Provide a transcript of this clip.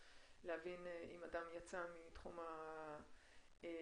להבין אם אדם יצא מתחום הפיקוח.